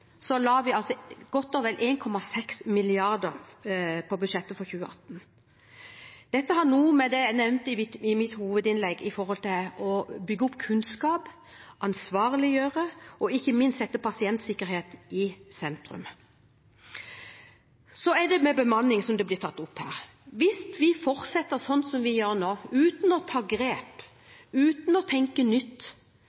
2018. Dette har med noe av det jeg nevnte i mitt hovedinnlegg, å gjøre: å bygge opp kunnskap, å ansvarliggjøre og ikke minst å sette pasientsikkerhet i sentrum. Til dette med bemanning, som blir tatt opp her: Hvis vi fortsetter slik som vi gjør nå, uten å ta grep